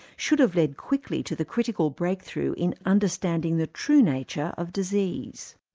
should have led quickly to the critical breakthrough in understanding the true nature of disease.